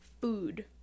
Food